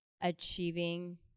achieving